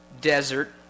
desert